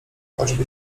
choćby